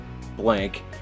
blank